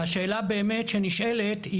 והשאלה באמת שנשאלת,